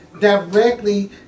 directly